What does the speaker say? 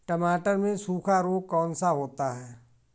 टमाटर में सूखा रोग कौन सा होता है?